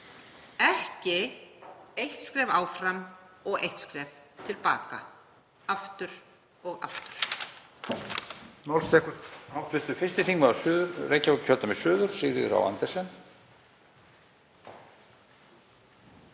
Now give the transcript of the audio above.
ekki eitt skref áfram og eitt skref til baka aftur og aftur.